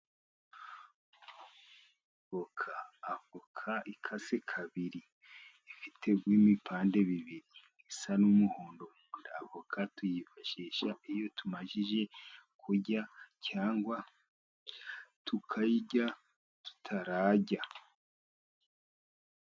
Avoka ikase kabiri ifite ibipande bibiri isa n'umuhondo mu nda. Avoka tuyifashisha iyo tumaze kurya cyangwa tukayirya tutararya.